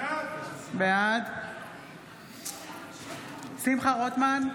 בעד שמחה רוטמן,